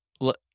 look